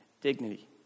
dignity